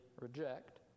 reject